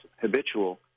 habitual